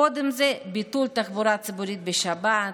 קודם זה ביטול תחבורה ציבורית בשבת,